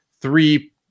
three